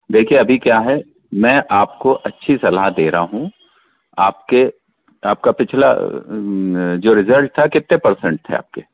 देखिए अभी क्या है मैं आपको अच्छी सलाह दे रहा हूँ आपके आपका पिछला जो रिज़ल्ट था कितने परसेंट थे आपके